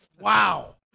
Wow